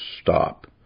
stop